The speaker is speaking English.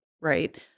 right